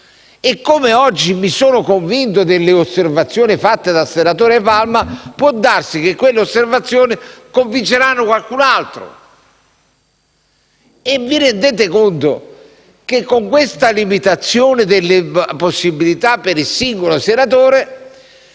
Come oggi mi sono convinto delle osservazioni fatte dal senatore Palma, può darsi che quelle osservazioni convinceranno qualcun altro. Vi rendete conto che con questa forte limitazione delle possibilità dal singolo senatore